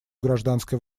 гражданской